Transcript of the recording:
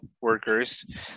workers